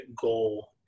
goal